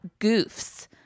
goofs